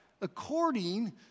according